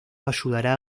ayudará